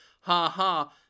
ha-ha